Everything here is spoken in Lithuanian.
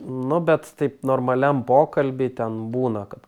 nu bet taip normaliam pokalby ten būna kad